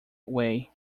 way